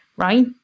right